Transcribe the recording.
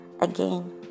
again